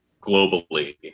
globally